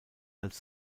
als